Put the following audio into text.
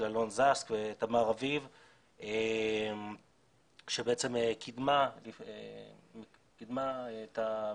של אלון זסק ותמר אביב שבעצם קידמה את המדריך,